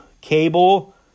cable